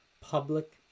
public